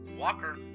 Walker